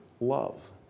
love